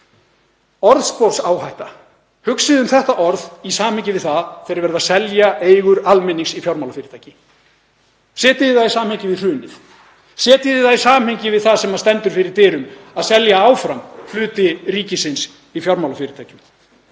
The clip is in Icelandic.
Orðsporsáhætta. Hugsið um þetta orð í samhengi við það þegar verið er að selja eigur almennings í fjármálafyrirtæki. Setjið það í samhengi við hrunið. Setjið það í samhengi við það sem stendur fyrir dyrum, þ.e. að selja áfram hluti ríkisins í fjármálafyrirtækjum.